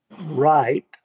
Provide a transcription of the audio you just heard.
right